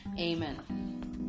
Amen